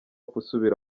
gusubira